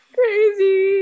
crazy